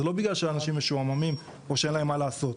זה לא בגלל שאנשים משועממים או שאין להם מה לעשות.